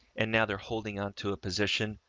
and now they're holding onto a position,